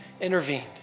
intervened